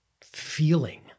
feeling